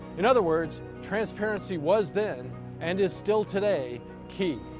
in other words, transparency was then and is still today key.